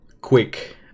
quick